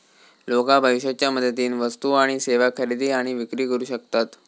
लोका पैशाच्या मदतीन वस्तू आणि सेवा खरेदी आणि विक्री करू शकतत